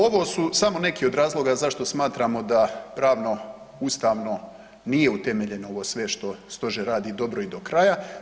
Ovo su samo neki od razloga zašto smatramo da pravno, ustavno nije utemeljeno ovo sve što stožer radi dobro i do kraja.